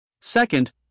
Second